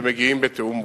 שמגיעים בתיאום מוקדם.